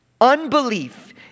Unbelief